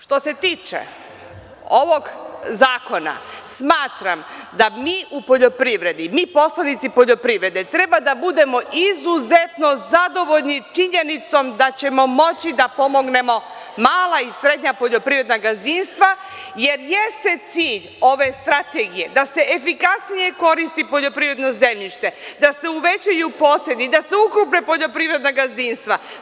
Što se tiče ovog zakona, smatram da mi u poljoprivredi, mi poslanici poljoprivrede, treba da budemo izuzetno zadovoljni činjenicom da ćemo moći da pomognemo mala i srednja poljoprivredna gazdinstva, jer jeste cilj ove strategije da se efikasnije koristi poljoprivredno zemljište, da se uvećaju posedi, da se ukrupne poljoprivredna gazdinstva.